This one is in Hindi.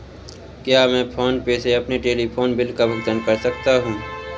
क्या मैं फोन पे से अपने टेलीफोन बिल का भुगतान कर सकता हूँ?